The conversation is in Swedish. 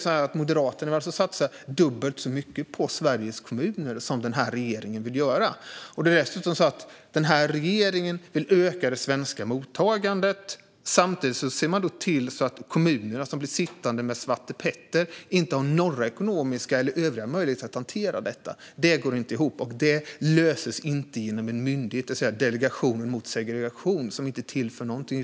Moderaterna har alltså satsat dubbelt så mycket på Sveriges kommuner som den här regeringen vill göra. Regeringen vill dessutom öka det svenska mottagandet. Samtidigt ser man till att kommunerna, som blir sittande med svartepetter, inte har några ekonomiska eller övriga möjligheter att hantera detta. Det går inte ihop, och det löses inte genom en myndighet, det vill säga Delegationen mot segregation som inte tillför någonting.